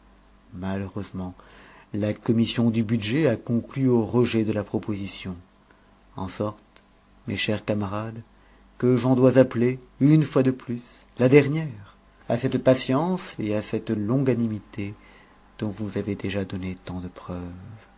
malheureusement la commission du budget a conclu au rejet de la proposition en sorte mes chers camarades que j'en dois appeler une fois de plus la dernière à cette patiente et à cette longanimité dont vous avez déjà donné tant de preuves